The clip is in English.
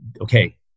okay